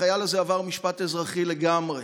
החייל הזה עבר משפט אזרחי לגמרי